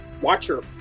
Watcher